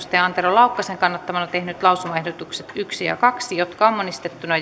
antero laukkasen kannattamana tehnyt lausumaehdotukset yksi ja kaksi jotka on monistettuna